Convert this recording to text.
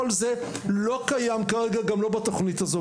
כל זה לא קיים כרגע גם לא בתכנית הזו.